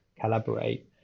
collaborate